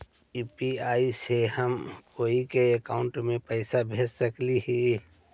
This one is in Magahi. यु.पी.आई से हम कोई के अकाउंट में पैसा भेज सकली ही?